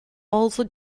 also